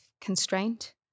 constraint